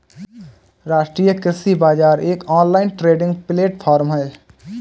राष्ट्रीय कृषि बाजार एक ऑनलाइन ट्रेडिंग प्लेटफॉर्म है